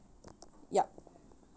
yup